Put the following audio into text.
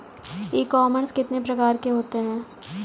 ई commerce कितने प्रकार के होते हैं?